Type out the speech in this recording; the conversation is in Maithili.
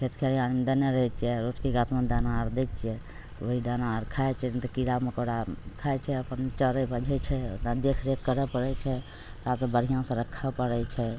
खेत खलिहानमे देने रहैत छियै दाना आर दै छियै ओहि दाना आर खाए छै नहि तऽ कीड़ा मकोड़ा खाए छै अपन चरैत बजैत छै ओकरा देखि रेख करे पड़ैत छै हँ तऽ बढ़िआँ से रखै पड़ैत छै